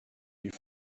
die